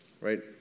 right